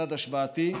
מדד השוואתי,